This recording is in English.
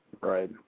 Right